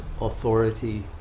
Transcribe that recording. authority